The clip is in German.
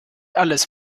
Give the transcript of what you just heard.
alles